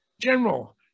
General